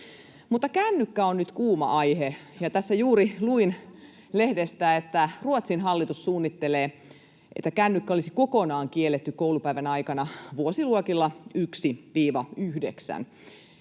Mutta kännykkä on nyt kuuma aihe, ja tässä juuri luin lehdestä, että Ruotsin hallitus suunnittelee, että kännykkä olisi kokonaan kielletty koulupäivän aikana vuosiluokilla 1—9.